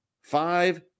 five